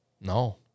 No